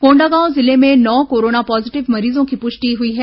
कोंडागांव जिले में नौ कोरोना पॉजिटिव मरीजों की पुष्टि हुई हैं